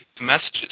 messages